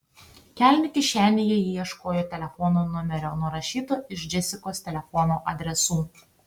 kelnių kišenėje ji ieškojo telefono numerio nurašyto iš džesikos telefono adresų